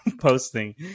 posting